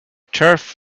turf